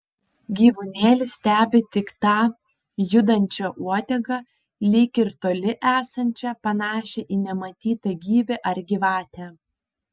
gyvūnėlis stebi tik tą judančią uodegą lyg ir toli esančią panašią į nematytą gyvį ar gyvatę